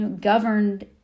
governed